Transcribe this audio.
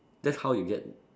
that's how you get